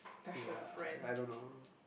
yeah I I don't know